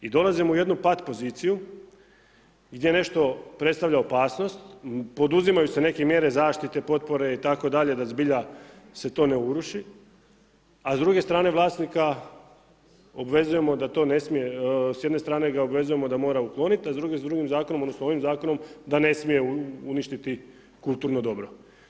I dolazimo u jednu pat poziciju gdje nešto predstavlja opasnost, poduzimaju se neke mjere zaštite, potpore itd., da zbilja se to ne uruši, a s druge strane vlasnika obvezujemo da to ne smije, s jedne stane ga obvezujemo da mora ukloniti, a s drugim zakonom, odnosno ovim Zakonom da ne smije uništiti kulturno dobro.